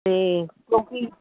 ਅਤੇ ਕਿਉਂਕਿ